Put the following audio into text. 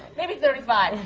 maybe thirty-five.